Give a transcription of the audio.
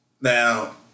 Now